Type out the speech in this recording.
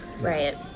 Right